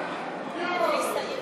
מי אמר את זה?